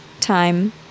time